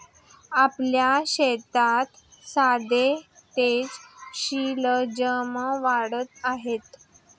आपल्या शेतात सध्या ताजे शलजम वाढत आहेत